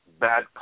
bad